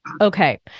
Okay